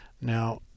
Now